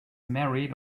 married